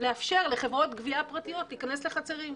לאפשר לחברות גבייה פרטיות להיכנס לחצרים.